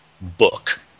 book